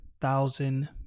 thousand